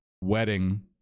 wedding